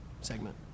segment